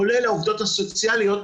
כולל העובדות הסוציאליות,